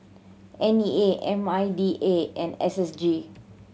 N E A M I D A and S S G